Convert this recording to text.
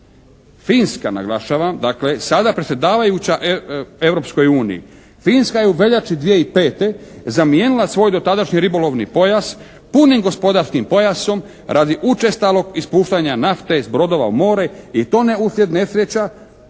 Finska naglašavam, dakle sada predsjedavajuća Europskoj uniji. Finska je u veljači 2005. zamijenila svoj dotadašnji ribolovni pojas punim gospodarskim pojasom radi učestalog ispuštanja nafte s brodova u more i to ne usred nesreća,